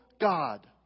God